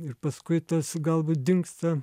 ir paskui tas galbūt dingsta